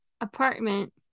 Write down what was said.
apartment